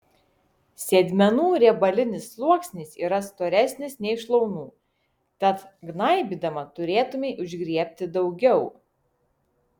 sėdmenų riebalinis sluoksnis yra storesnis nei šlaunų tad gnaibydama turėtumei užgriebti daugiau